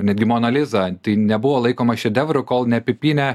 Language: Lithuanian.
netgi mona liza tai nebuvo laikoma šedevru kol neapipynė